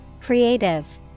Creative